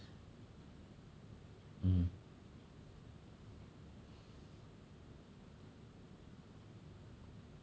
um